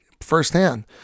firsthand